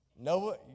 No